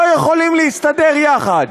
לא יכולות להסתדר יחד.